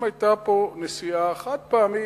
אם היתה פה נסיעה חד-פעמית,